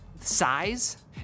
size